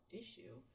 issue